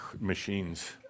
machines